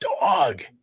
dog